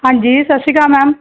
ਹਾਂਜੀ ਸਤਿ ਸ਼੍ਰੀ ਅਕਾਲ ਮੈਮ